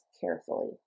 carefully